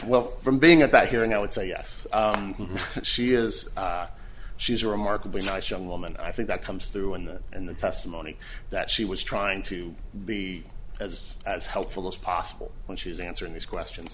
well from being about here and i would say yes she is she's a remarkably nice young woman i think that comes through on that and the testimony that she was trying to be as as helpful as possible when she was answering these questions